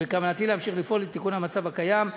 ובכוונתי להמשיך לפעול לתיקון המצב הקיים.